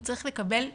הוא צריך לקבל שירות.